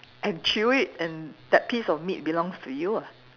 and chew it and that piece of meat belongs to you ah